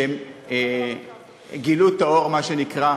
שהם גילו את האור, מה שנקרא,